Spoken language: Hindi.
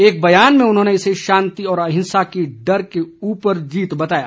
एक बयान में उन्होंने इसे शांति और अहिंसा की डर के उपर जीत बताया